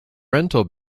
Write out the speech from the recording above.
rental